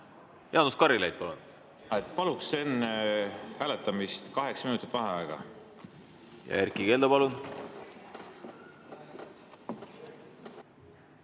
Jaanus Karilaid, palun! Paluks enne hääletamist kaheksa minutit vaheaega. Ja Erkki Keldo, palun!